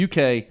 UK